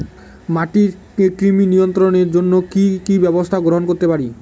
মাটির কৃমি নিয়ন্ত্রণের জন্য কি কি ব্যবস্থা গ্রহণ করতে পারি?